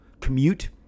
commute